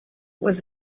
was